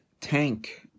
tank